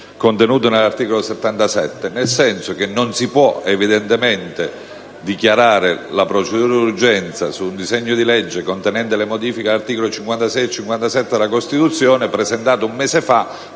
contenuta nell'articolo 77, nel senso che non si può evidentemente dichiarare la procedura d'urgenza su un disegno di legge contenente le modifiche agli articoli 56 e 57 della Costituzione, presentato un mese fa,